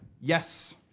Yes